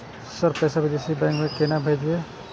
Sir पैसा विदेशी bank में केना भेजबे?